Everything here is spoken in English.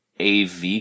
AV